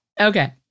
Okay